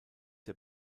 der